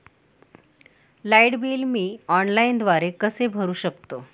Light bill मी ऑनलाईनद्वारे कसे भरु शकतो?